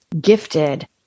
gifted